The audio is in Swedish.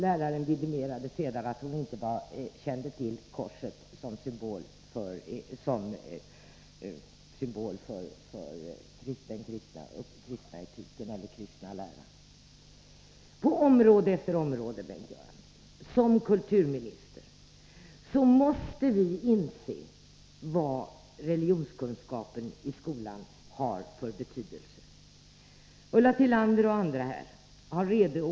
Läraren vidimerade sedan att hon inte kände till korset som symbol för den kristna läran. Vi måste inse vilken betydelse religionskunskapen i skolan har på område efter område, kulturminister Bengt Göransson.